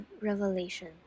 revelation